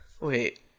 Wait